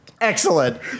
Excellent